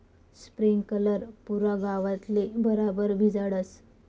sprinkler पुरा गावतले बराबर भिजाडस